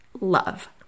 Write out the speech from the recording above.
love